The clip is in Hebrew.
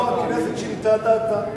לא הכנסת שינתה את דעתה,